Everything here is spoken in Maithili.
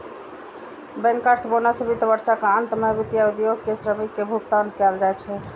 बैंकर्स बोनस वित्त वर्षक अंत मे वित्तीय उद्योग के श्रमिक कें भुगतान कैल जाइ छै